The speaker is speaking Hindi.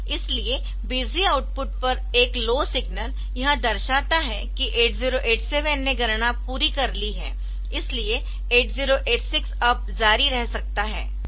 इसलिए बिजी आउटपुट पर एक लो सिग्नल यह दर्शाता है कि 8087 ने गणना पूरी कर ली है इसलिए 8086 अब जारी रह सकता है